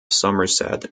somerset